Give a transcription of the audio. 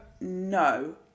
no